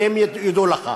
והם יודו לך.